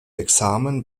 examen